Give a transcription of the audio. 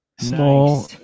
Small